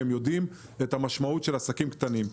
יודעים את המשמעות של העסקים הקטנים.